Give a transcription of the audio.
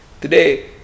Today